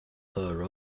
her